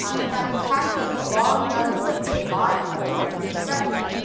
ah in fact, the tax code had long done more than provide the federal government with revenue.